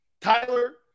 Tyler